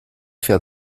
fährt